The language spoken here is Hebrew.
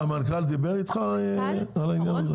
המנכ"ל דיבר איתך על העניין?